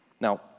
Now